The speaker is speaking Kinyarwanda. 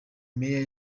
meyer